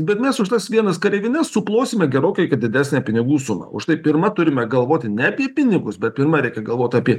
bet mes už tas vienas kareivines suplosime gerokai gi didesnę pinigų sumą už tai pirma turime galvoti ne apie pinigus bet pirma reikia galvot apie